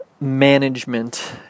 management